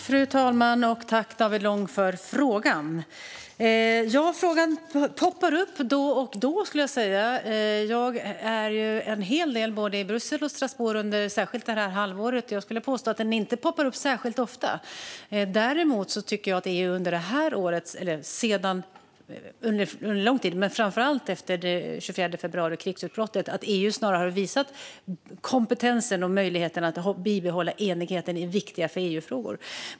Fru talman! Jag tackar David Lång för frågan. Denna fråga poppar upp då och då. Jag är en hel del i både Bryssel och Strasbourg, särskilt under detta halvår. Jag skulle nog påstå att den inte poppar upp särskilt ofta. Däremot tycker jag att EU under lång tid men framför allt efter krigsutbrottet den 24 februari snarare har visat kompetensen och möjligheten att bibehålla enigheten i för EU viktiga frågor.